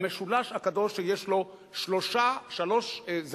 במשולש הקדוש שיש לו שלוש זוויות: